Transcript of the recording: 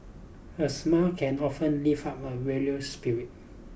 a smile can often lift up a weary spirit